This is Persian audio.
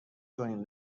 کنیم